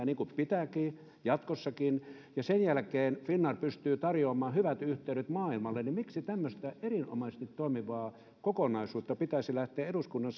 niin kuin pitääkin jatkossakin ja sen jälkeen finnair pystyy tarjoamaan hyvät yhteydet maailmalle niin miksi tämmöistä erinomaisesti toimivaa kokonaisuutta pitäisi lähteä eduskunnan